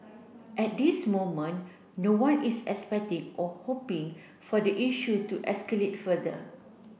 at this moment no one is expecting or hoping for the issue to escalate further